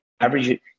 average